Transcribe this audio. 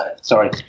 sorry